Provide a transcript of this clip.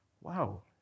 wow